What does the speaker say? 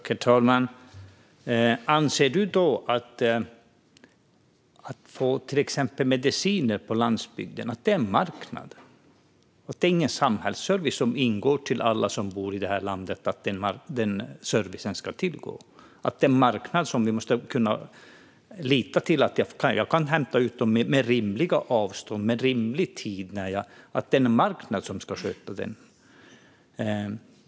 Herr talman! Anser Arman Teimouri då att de som behöver mediciner på landsbygden ska förlita sig på en marknad? Är detta inte en samhällsservice som alla som bor i det här landet ska ha tillgång till? Är det en marknad som ska se till att vi kan hämta ut mediciner på en rimlig tid och med rimliga avstånd?